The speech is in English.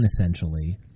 essentially